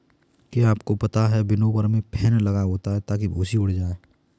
क्या आपको पता है विनोवर में फैन लगा होता है ताकि भूंसी उड़ जाए?